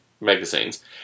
magazines